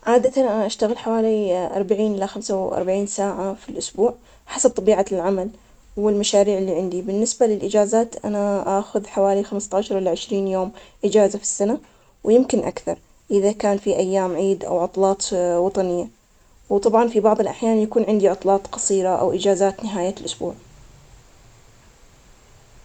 عادة آني أشتغل حواي أربعين ساعة في الأسبوع, أما بالنسبة للإجازات باخد حوالي عشر لخمستاعش يوم في السنة, وذلك حسب حاجتي لها, ووين أكون رايح, آني أحب أستغل إجازات السفر, وللراحة والاسترخاء, وخاصة إنه أحياناً الشغل يكون متعب.